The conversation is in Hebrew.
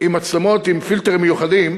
עם מצלמות עם פילטרים מיוחדים,